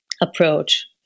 approach